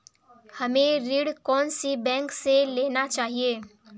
हमें ऋण कौन सी बैंक से लेना चाहिए?